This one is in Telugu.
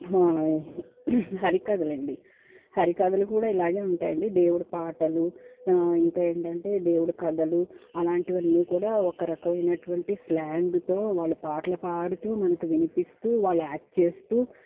హరికథలండి హరికథలు కూడా ఇలాగే ఉంటాయండి దేవుడి పాటలు ఇంకేంటంటే దేవుడి కథలు అలాంటివన్నీ కూడా ఒకరకమైనటువంటి స్లాంగ్తో వాళ్ళు పాటలు పాడుతు మనకు వినిపిస్తూ వాళ్ళు యాక్ట్ చేస్తూ